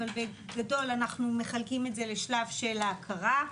אבל בגדול אנחנו מחלקים את זה לשלב של ההכרה,